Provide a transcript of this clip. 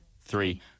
three